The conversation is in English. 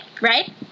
right